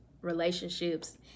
relationships